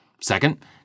Second